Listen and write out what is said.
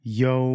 yo